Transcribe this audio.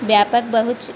व्यापक बहुत